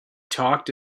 talked